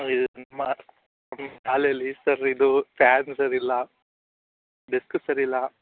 ಇದು ಮಾ ಶಾಲೆಯಲ್ಲಿ ಸರ್ ಇದು ಫ್ಯಾನು ಸರಿಯಿಲ್ಲ ಡೆಸ್ಕ್ ಸರಿಯಿಲ್ಲ